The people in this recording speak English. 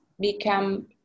Become